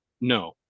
No